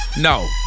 No